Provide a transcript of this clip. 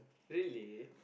really